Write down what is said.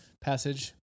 passage